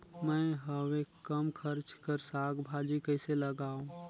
मैं हवे कम खर्च कर साग भाजी कइसे लगाव?